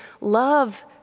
Love